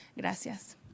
Gracias